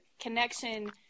connection